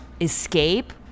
escape